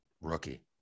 rookie